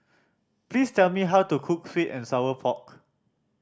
please tell me how to cook sweet and sour pork